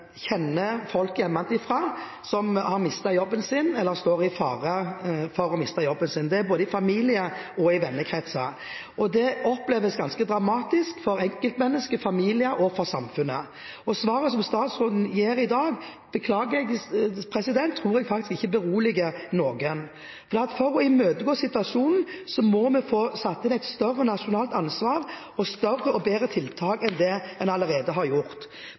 kjenner folk hjemmefra som har mistet jobben sin, eller som står i fare for å miste jobben – i både familie og vennekrets. Det oppleves ganske dramatisk for enkeltmennesker, familier og samfunn. Svaret som statsråden gir i dag, tror jeg beklageligvis ikke beroliger noen. For å imøtegå situasjonen må vi få satt inn et større nasjonalt ansvar og større og bedre tiltak enn det en allerede har gjort.